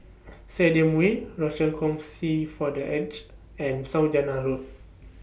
Stadium Way Rochor Kongsi For The Aged and Saujana Road